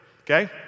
okay